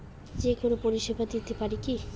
যে কোনো পরিষেবা দিতে পারি কি?